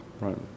right